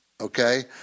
okay